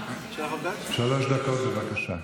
שלוש דקות, בבקשה,